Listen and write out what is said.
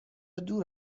دور